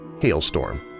hailstorm